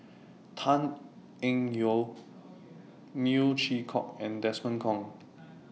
Tan Eng Yoon Neo Chwee Kok and Desmond Kon